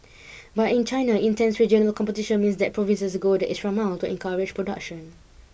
but in China intense regional competition means that provinces go the extra mile to encourage production